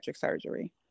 surgery